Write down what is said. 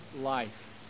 life